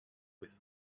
with